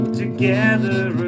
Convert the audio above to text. together